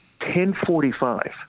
10.45